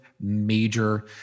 Major